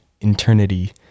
eternity